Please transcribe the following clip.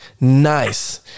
nice